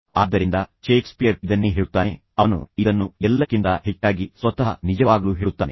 ಆದ್ದರಿಂದ ಷೇಕ್ಸ್ಪಿಯರ್ ಇದನ್ನೇ ಹೇಳುತ್ತಾನೆ ಅವನು ಇದನ್ನು ಎಲ್ಲಕ್ಕಿಂತ ಹೆಚ್ಚಾಗಿ ಸ್ವತಃ ನಿಜವಾಗಲು ಹೇಳುತ್ತಾನೆ